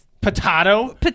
Potato